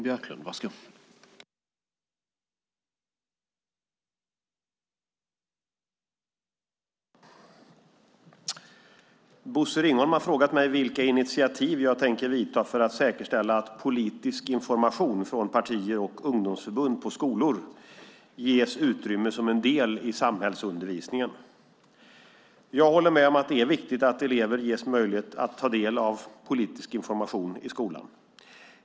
Herr talman! Bosse Ringholm har frågat mig vilka initiativ jag tänker ta för att säkerställa att politisk information från partier och ungdomsförbund på skolor ges utrymme som en del i samhällsundervisningen. Jag håller med om att det är viktigt att elever ges möjlighet att ta del av politisk information i skolan.